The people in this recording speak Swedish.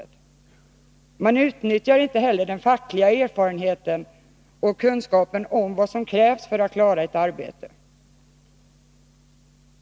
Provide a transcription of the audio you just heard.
Inte heller utnyttjar man den fackliga erfarenheten och kunskapen om vad som krävs för att klara ett arbete.